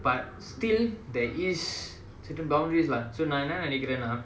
but still there is certain boundaries lah so நான் என்ன நினைகுறேன்னா:naan enna ninaikuraennaa